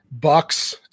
Bucks